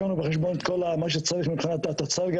לקחנו בחשבון את כל מה שצריך מבחינת התצ"ר.